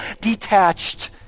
detached